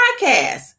podcast